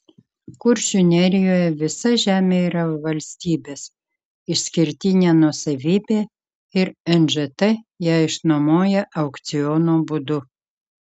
kuršių nerijoje visa žemė yra valstybės išskirtinė nuosavybė ir nžt ją išnuomoja aukciono būdu